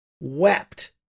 wept